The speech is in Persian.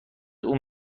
اون